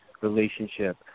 relationship